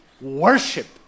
worshipped